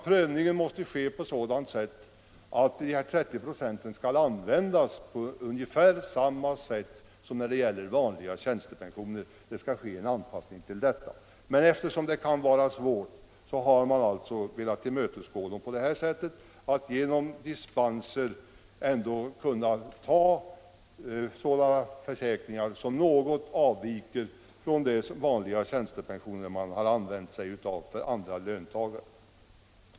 Prövningen måste ske på sådant sätt att dessa 30 96 skall användas på ungefär samma sätt som när det gäller vanliga tjänstepensioner. Där skall det ske en anpassning. Men eftersom det kan vara svårt att få exakt likhet har man alltså velat tillmötesgå dem på det här sättet att genom dispens ändå kunna ta sådana försäkringar som avviker något från de vanliga tjänstepensioner man använt sig av för andra löntagare.